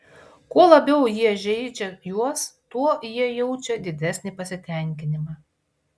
kuo labiau jie žeidžia juos tuo jie jaučia didesnį pasitenkinimą